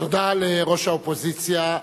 תודה לראש האופוזיציה.